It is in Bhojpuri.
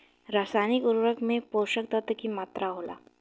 रसायनिक उर्वरक में पोषक तत्व की मात्रा होला?